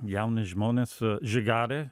jauni žmonės žigarė